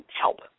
help